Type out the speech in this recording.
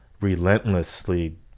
relentlessly